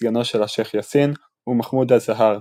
סגנו של השייח יאסין; ומחמוד א-זהאר,